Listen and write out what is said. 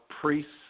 priests